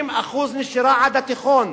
50% נשירה עד התיכון.